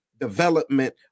development